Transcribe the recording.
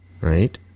Right